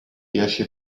dieci